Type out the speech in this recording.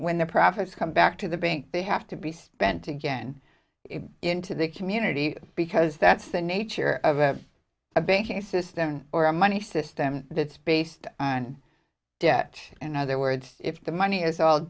when the profits come back to the bank they have to be spent again into the community because that's the nature of a banking system or a money system that it's based on debt in other words if the money is all